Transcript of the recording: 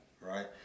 right